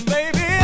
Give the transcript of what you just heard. Baby